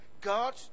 God